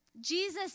Jesus